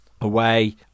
away